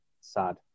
sad